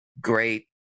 great